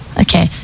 Okay